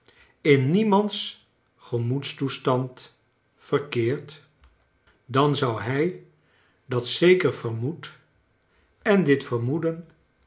in niemands gemoedstoestand verkeerd dan zou hij dat zeker vermoed en dit vermoeden